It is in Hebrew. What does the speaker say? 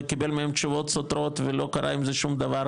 וקיבל מהם תשובות סותרות ולא קרה עם זה שום דבר,